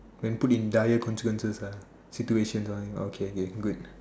when put in dire consequences ah situation or anything okay okay good